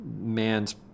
man's